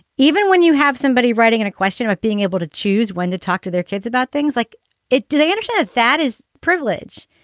even when you have somebody writing in a question of being able to choose when to talk to their kids about things like it, do they understand that that is privilege?